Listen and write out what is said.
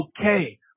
okay